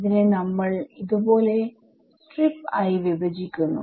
ഇതിനെ നമ്മൾ ഇത് പോലെ സ്ട്രിപ്പ്ആയി വിഭജിക്കുന്നു